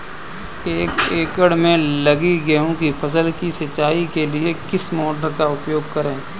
एक एकड़ में लगी गेहूँ की फसल की सिंचाई के लिए किस मोटर का उपयोग करें?